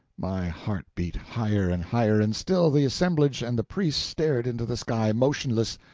my heart beat higher and higher, and still the assemblage and the priest stared into the sky, motionless.